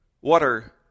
water